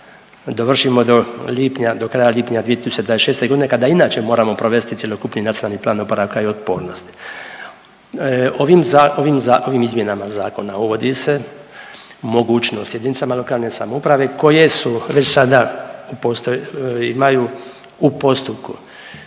lipnja, do kraja lipnja 2026.g. kada inače moramo provesti cjelokupni NPOO. Ovim izmjenama zakona uvodi se mogućnost jedinicama lokalne samouprave koje već sada imaju u postupku